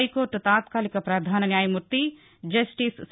high court తాత్కాలిక పధాన న్యాయమూర్తి జస్టిస్ సి